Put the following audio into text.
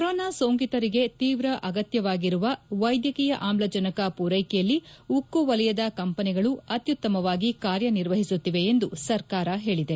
corona ಸೋಂಕಿತರಿಗೆ ತೀವ್ರ ಅಗತ್ಯವಾಗಿರುವ ವೈದ್ಯಕೀಯ ಆಮ್ಲಜನಕ ಪೂರೈಕೆಯಲ್ಲಿ ಉಕ್ಕು ವಲಯದ ಕಂಪೆನಿಗಳು ಅತ್ಯುತ್ತಮವಾಗಿ ಕಾರ್ಯನಿರ್ವಹಿಸುತ್ತಿವೆ ಎಂದು ಸರ್ಕಾರ ಹೇಳಿದೆ